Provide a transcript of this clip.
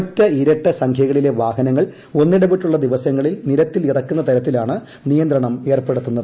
ഒറ്റ ഇരട്ട സംഖ്യകളിലെ വാഹനങ്ങൾ ഒന്നിടവിട്ടുളള ദിവസങ്ങളിൽ നിരത്തിൽ ഇറക്കുന്ന തരത്തിലാണ് നിയന്ത്രണം ഏർപ്പെടുത്തിയത്